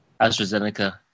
AstraZeneca